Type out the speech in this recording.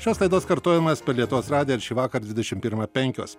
šios laidos kartojimas per lietuvos radiją ir šįvakar dvidešim pirmą penkios